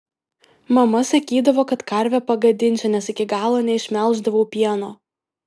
mama sakydavo kad karvę pagadinsiu nes iki galo neišmelždavau pieno